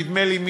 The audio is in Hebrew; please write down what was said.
נדמה לי,